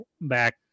back